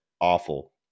awful